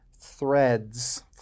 threads